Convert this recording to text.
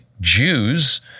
Jews